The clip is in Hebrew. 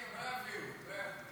הם לא יביאו, לא יביאו.